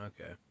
okay